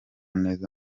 neza